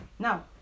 Now